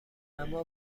اما